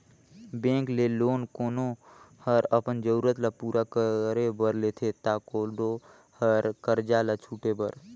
bank ले loan कोनो हर अपन जरूरत ल पूरा करे बर लेथे ता कोलो हर करजा ल छुटे बर